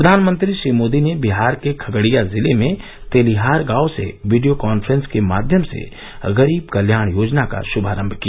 प्रधानमंत्री श्री मोदी ने बिहार के खगड़िया जिले में तेलिहार गांव से वीडियो कॉफ्रेंस के माध्यम से गरीब कल्याण योजना का श्मांरम किया